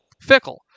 Fickle